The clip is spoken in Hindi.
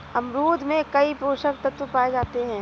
अमरूद में कई पोषक तत्व पाए जाते हैं